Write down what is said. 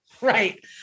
Right